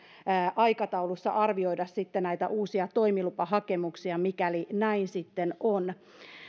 aikataulussa arvioida sitten näitä uusia toimilupahakemuksia mikäli näin sitten on